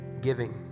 giving